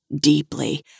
deeply